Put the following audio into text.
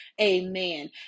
amen